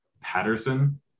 Patterson